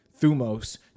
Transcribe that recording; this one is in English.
Thumos